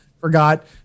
Forgot